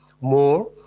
more